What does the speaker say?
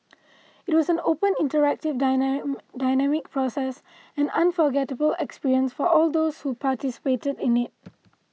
it was an open interactive dynamic process an unforgettable experience for all those who participated in it